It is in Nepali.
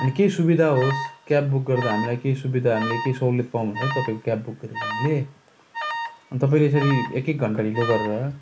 अनि केही सुविधा होस् क्याब बुक गर्दा हामीलाई केही सुविधा हामीले केही सहुलियत पाउनु भयो तपाईँको क्याब बुक गरेको हामीले अनि तपाईँले यसरी एक एक घन्टा ढिलो गरेर